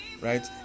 right